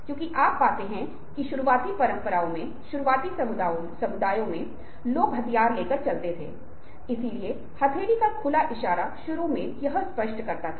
लेकिन अनुनय भी ऐसी चीज है जिसे हेरफेर से अलग करने की आवश्यकता है